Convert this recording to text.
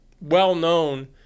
well-known